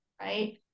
right